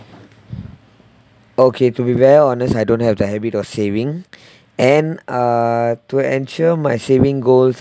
okay to be very honest I don't have the habit of saving and uh to ensure my saving goals